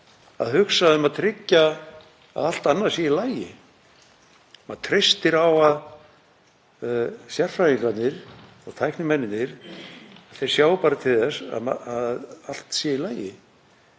að hugsa um að tryggja að allt annað sé í lagi. Maður treystir á að sérfræðingarnir, tæknimennirnir, sjái til þess að allt sé í lagi